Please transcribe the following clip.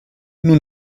nous